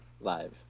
live